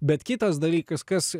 bet kitas dalykas kas